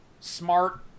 smart